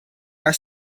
are